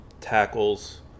tackles